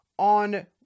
on